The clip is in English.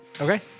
Okay